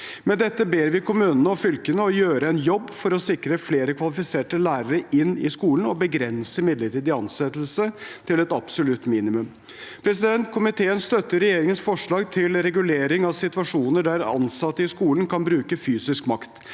Med dette ber vi kommunene og fylkene om å gjøre en jobb for å sikre flere kvalifiserte lærere inn i skolen og begrense midlertidig ansettelse til et absolutt minimum. Komiteen støtter regjeringens forslag til regulering av situasjoner der ansatte i skolen kan bruke fysisk